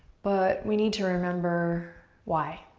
but we need to remember why,